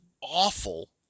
awful